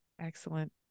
Excellent